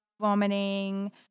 vomiting